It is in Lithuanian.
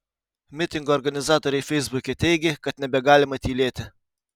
mitingo organizatoriai feisbuke teigė kad nebegalima tylėti